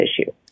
issue